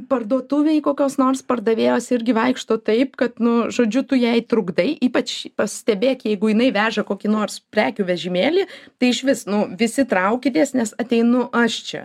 parduotuvėj kokios nors pardavėjos irgi vaikšto taip kad nu žodžiu tu jai trukdai ypač pastebėk jeigu jinai veža kokį nors prekių vežimėlį tai išvis nu visi traukitės nes ateinu aš čia